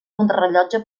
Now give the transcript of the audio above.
contrarellotge